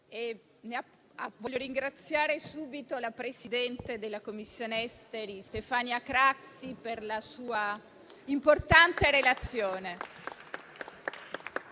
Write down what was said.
desidero ringraziare il presidente della Commissione esteri Stefania Craxi per la sua importante relazione.